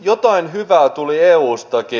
jotain hyvää tuli eustakin